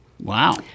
Wow